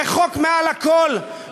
והחוק מעל הכול.